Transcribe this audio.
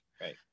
Right